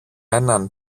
έναν